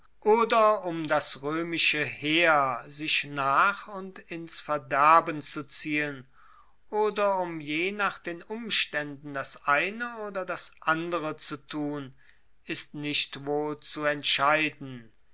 oder um das roemische heer sich nach und ins verderben zu ziehen oder um je nach den umstaenden das eine oder das andere zu tun ist nicht wohl zu entscheiden